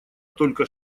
только